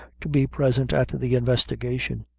to be present at the investigation.